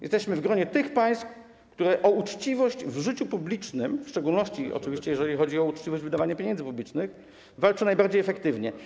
Jesteśmy w gronie państw, które o uczciwość w życiu publicznym, w szczególności oczywiście, jeżeli chodzi o uczciwość wydawania pieniędzy publicznych, walczy najbardziej efektywnie.